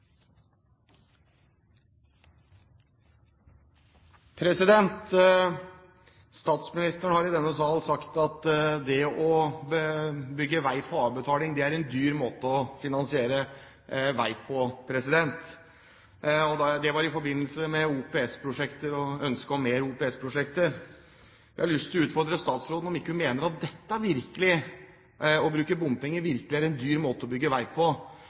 Statsministeren har i denne sal sagt at det å bygge vei på avbetaling er en dyr måte å finansiere vei på. Det var i forbindelse med OPS-prosjekt og ønsket om flere OPS-prosjekter. Jeg har lyst til å utfordre statsråden på om hun ikke mener at det å bruke bompenger virkelig er en dyr måte å bygge vei på,